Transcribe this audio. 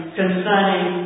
concerning